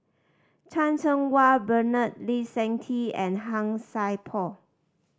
Chan Cheng Wah Bernard Lee Seng Tee and Han Sai Por